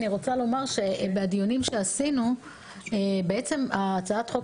אני רוצה לומר שבדיונים שקיימנו הצעת החוק